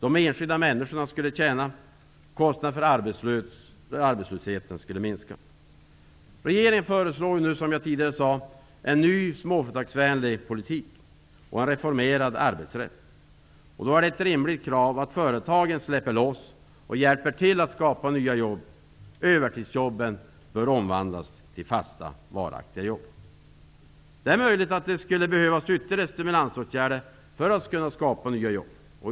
De enskilda människorna skulle tjäna på det. Kostnaderna för arbetslösheten skulle minska. Regeringen föreslår nu, som jag tidigare sade, en ny småföretagsvänlig politik och en reformerad arbetsrätt. Då är det ett rimligt krav att företagen släpper loss och hjälper till att skapa nya jobb. Övertidsjobben bör omvandlas till fasta varaktiga jobb. Det är möjligt att det skulle behövas ytterligare stimulansåtgärder för att skapa nya jobb.